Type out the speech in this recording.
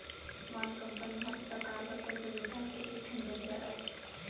bond company हर सरकार बर पइसा जुटाए के एक ठन जरिया अय